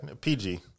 PG